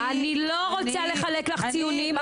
אני לא רוצה לחלק ציונים,